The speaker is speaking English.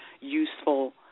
useful